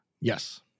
Yes